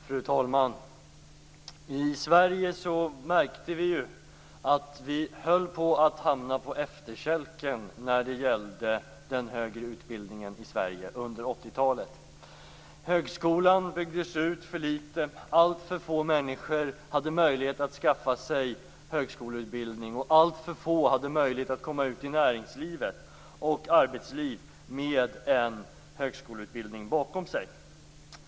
Fru talman! Vi märkte under 80-talet att vi höll på att hamna på efterkälken när det gällde den högre utbildningen i Sverige. Högskolan byggdes ut för litet. Alltför få människor hade möjlighet att skaffa sig högskoleutbildning, och allför få hade möjlighet att komma ut i näringslivet och arbetslivet med en högskoleutbildning bakom sig.